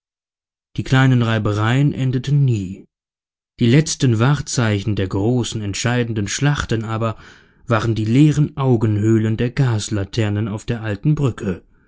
die kleinen reibereien endeten nie die letzten wahrzeichen der großen entscheidenden schlachten aber waren die leeren augenhöhlen der gaslaternen auf der alten brücke